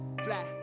fly